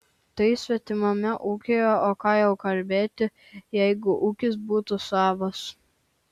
tai svetimame ūkyje o ką jau kalbėti jeigu ūkis būtų savas